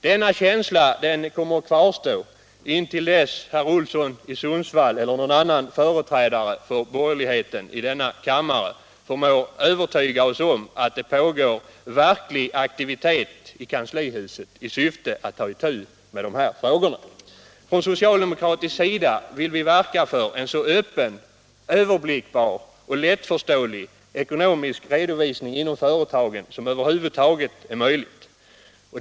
Denna känsla kvarstår intill dess herr Olsson — Nr 111 i Sundsvall eller någon annan företrädare för borgerligheten i denna kam Onsdagen den mare förmår övertyga oss om att det pågår verklig aktivitet i kanslihuset 20 april 1977 i syfte att ta itu med dessa frågor. Från socialdemokratisk sida vill vi verka för en så öppen, överblickbar — Bokföringsnämnoch lättförståelig ekonomisk redovisning inom företagen som över huvud = den, m.m. taget är möjlig.